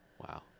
wow